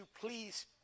please